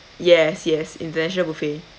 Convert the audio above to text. yes yes international buffet